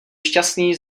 šťastný